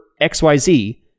XYZ